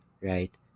right